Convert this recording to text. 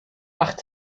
acht